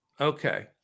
Okay